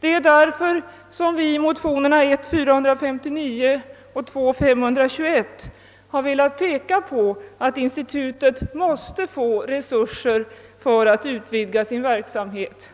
Det är av dessa skäl vi i motionerna 1:459 och 1II:521 har pekat på att institutet måste få resurser för att utvidga sin verksamhet.